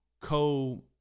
co